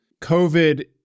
COVID